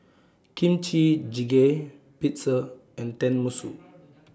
Kimchi Jjigae Pizza and Tenmusu